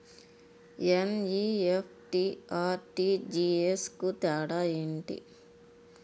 NEFT, RTGS కు తేడా ఏంటి?